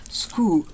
school